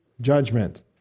judgment